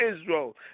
Israel